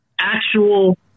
actual